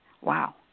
Wow